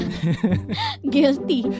guilty